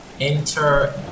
enter